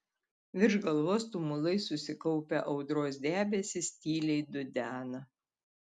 virš galvos tumulais susikaupę audros debesys tyliai dudena